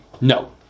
No